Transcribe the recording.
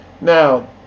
Now